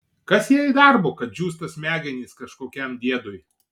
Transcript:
kas jai darbo kad džiūsta smegenys kažkokiam diedui